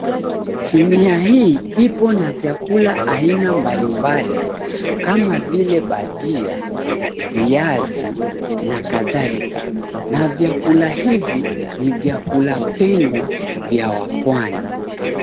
Simiya hii ipo na vyakula aina mbalimbali kama vile bhajia, viazi na kadhalika na vyakula hivi ni vyakula pendwa vya wapwani.